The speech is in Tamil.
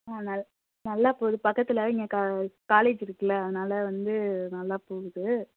ஆ நல் நல்லா போது பக்கத்தில் இங்கே க காலேஜ் இருக்குல அதனால் வந்து நல்லா போகுது